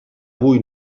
avui